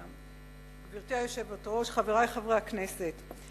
גברתי היושבת-ראש, חברי חברי הכנסת,